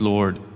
Lord